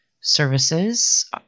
Services